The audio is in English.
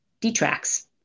detracts